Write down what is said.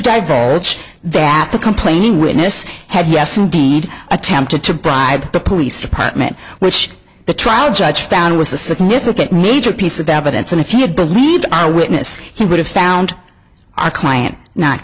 to that the complaining witness had yes indeed attempted to bribe the police department which the trial judge found was a significant major piece of evidence and if he had believed our witness he would have found our client not